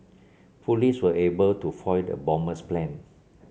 police were able to foil the bomber's plan